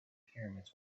pyramids